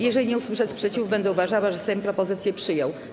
Jeżeli nie usłyszę sprzeciwu, będę uważała, że Sejm propozycję przyjął.